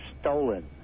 stolen